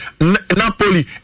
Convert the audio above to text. Napoli